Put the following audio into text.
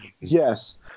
Yes